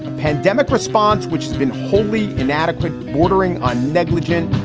pandemic response, which has been wholly inadequate, bordering on negligent.